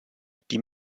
die